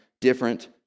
different